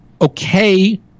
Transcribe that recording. okay